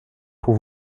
pour